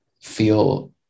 feel